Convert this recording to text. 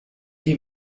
die